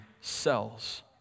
cells